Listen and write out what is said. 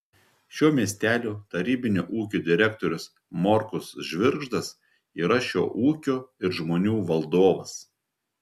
šio miestelio tarybinio ūkio direktorius morkus žvirgždas yra šio ūkio ir žmonių valdovas